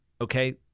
Okay